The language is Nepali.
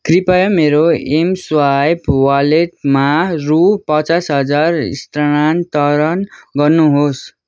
कृपया मेरो एम स्वाइप वालेटमा रू पचास हजार स्थानान्तरण गर्नुहोस्